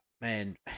man